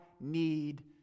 need